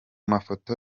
mafoto